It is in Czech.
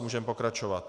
Můžeme pokračovat.